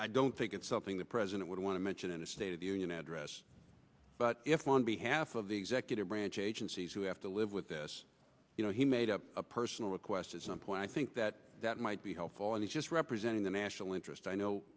i don't think it's something the president would want to mention in a state of the union address but if one be half of the executive branch agencies who have to live with this he made up a personal request at some point i think that that might be helpful if he's just representing the national interest i know